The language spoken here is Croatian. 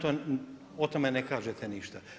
O tome ne kažete ništa.